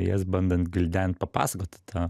jas bandant gvildent papasakot tą